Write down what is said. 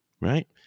right